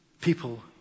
people